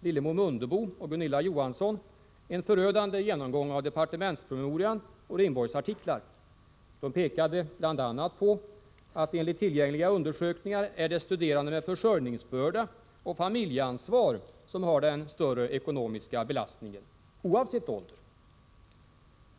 Lillemor Mundebo och Gunilla Johansson, en förödande genomgång av departementspromemorian och Ringborgs artiklar. De pekade bl.a. på att det enligt tillgängliga undersökningar är studerande med försörjningsbörda och familjeansvar som har den större ekonomiska belastningen — oavsett ålder.